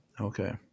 Okay